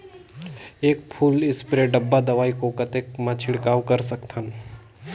एक full spray डब्बा दवाई को कतेक म छिड़काव कर सकथन?